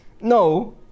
No